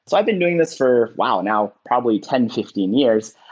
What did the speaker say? so i've been doing this for wow! now probably ten, fifteen years,